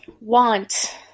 want